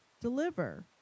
deliver